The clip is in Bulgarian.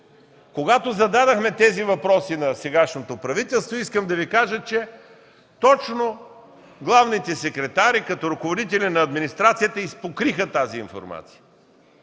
Когато зададохме тези въпроси на сегашното правителство, точно главните секретари като ръководители на администрацията изпокриха тази информация.